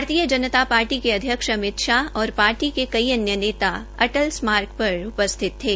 भारतीय जनता पार्टी के अध्यक्ष अमित शाह और पार्टी के कई अन्य नेता अटल स्मारक पर उपस्थित थे